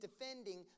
defending